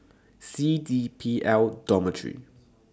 C D P L Dormitory